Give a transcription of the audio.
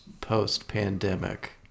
post-pandemic